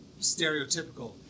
stereotypical